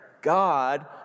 God